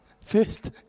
first